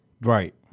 Right